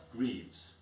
Greaves